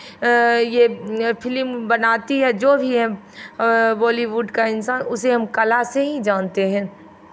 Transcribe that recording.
ये फिल्म बनती है जो भी है बॉलीवुड का इंसान उसे हम कला से ही जानते हैं